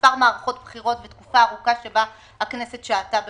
מספר מערכות בחירות בתקופה ארוכה שבה הכנסת שהתה בבחירות.